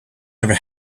never